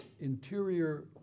interior